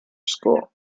school